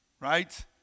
right